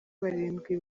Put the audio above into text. barindwi